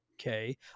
okay